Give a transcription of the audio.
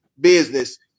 business